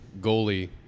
goalie